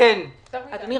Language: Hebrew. אדוני,